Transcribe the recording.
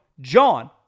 John